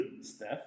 Steph